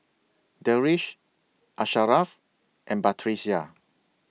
Deris Asharaff and Batrisya